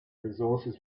resources